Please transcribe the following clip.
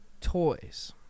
toys